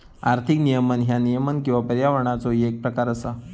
आर्थिक नियमन ह्या नियमन किंवा पर्यवेक्षणाचो येक प्रकार असा